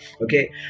Okay